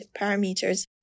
parameters